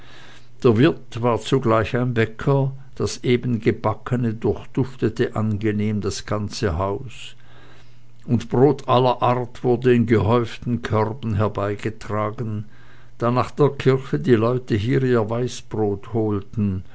der wirt war zugleich ein bäcker das eben gebackene durchduftete angenehm das ganze haus und brot allerart wurde in gehäuften körben herbeigetragen da nach der kirche die leute hier ihr weißbrot holten